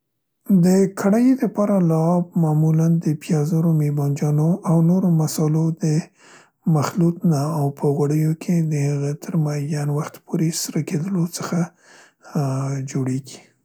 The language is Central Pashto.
د کړايي د پاره لعاب معمولاً د پیازو، رومي بانجانو او نورو مسالو د مخلوط نه او په غوړیو کې د هغه تر معیین وخته پورې سره کیدلو څخه، اا، جوړیګي.